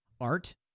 art